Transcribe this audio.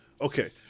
okay